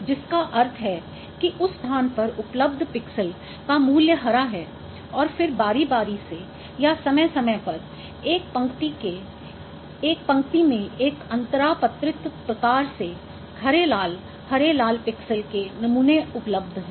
जिसका अर्थ है कि उस स्थान पर उपलब्ध पिक्सेल का मूल्य हरा है और फिर बारी बारी से या समय समय पर एक पंक्ति में एक अंतरापत्रित प्रकार से हरे लाल हरे लाल पिक्सेल के नमूने उपलब्ध हैं